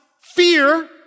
fear